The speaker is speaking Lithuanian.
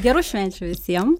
gerų švenčių visiem